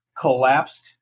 collapsed